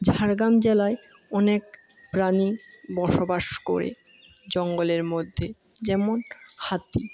ঝাড়গ্রাম জেলায় অনেক প্রাণী বসবাস করে জঙ্গলের মধ্যে যেমন হাতি